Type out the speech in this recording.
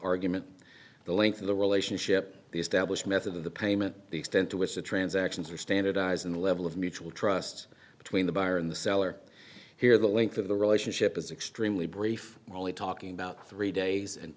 argument the length of the relationship the established method of the payment the extent to which the transactions are standardizing the level of mutual trust between the buyer in the seller here the length of the relationship is extremely brief only talking about three days and